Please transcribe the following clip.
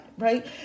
right